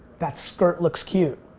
that skirt looks cute,